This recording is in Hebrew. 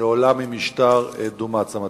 לעולם עם משטר דו-מעצמתי.